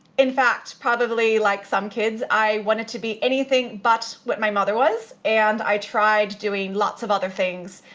in fact, probably, like some kids, i wanted to be anything but what my mother was and i tried doing lots of other things.